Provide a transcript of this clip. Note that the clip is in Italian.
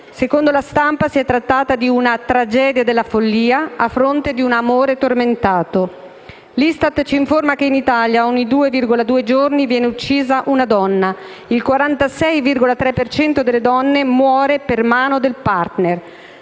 Secondo la stampa si è trattato di una "tragedia della follia" a fronte di un "amore tormentato". L'ISTAT ci informa che in Italia ogni 2,2 giorni viene uccisa una donna e che il 46,3 per cento delle donne muore per mano del *partner*.